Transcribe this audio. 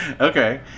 Okay